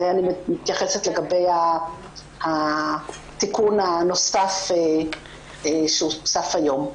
אני מתייחסת לגבי התיקון הנוסף שהוצף היום.